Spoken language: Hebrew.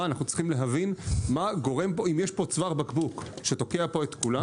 אנחנו צריכים להבין האם יש פה צוואר בקבוק שתוקע פה את כולם.